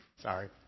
Sorry